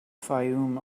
fayoum